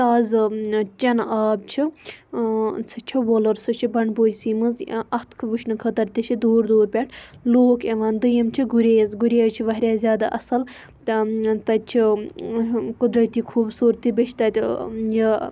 تازٕ چَنہٕ آب چھُ سُہ چھُ وُلر سُہ چھُ بَنڈپوٗر سٕے مَنٛز اتھ وٕچھنہٕ خٲطرٕ تہِ چھِ دوٗر دوٗر پیٹھ لوٗکھ یِوان دٔیِم چھِ گریز گریز چھِ واریاہ زیادٕ اصل تہٕ تَتہِ چھُ قُدرتی خوٗبصورتی بیٚیہِ چھِ تَتہِ یہِ